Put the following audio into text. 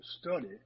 study